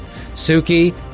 Suki